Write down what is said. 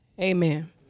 Amen